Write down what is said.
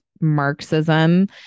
Marxism